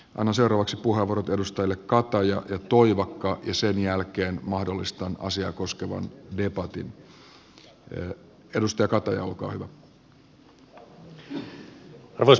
aina seuraavaksi puuha vuorottelusta ja kattoja ja toivakka ja sen jälkeen mahdollista asiaa koskevan arvoisa puhemies